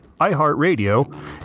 iHeartRadio